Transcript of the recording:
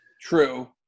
True